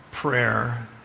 prayer